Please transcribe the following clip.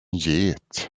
get